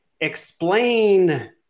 explain